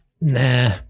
Nah